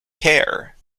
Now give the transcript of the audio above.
care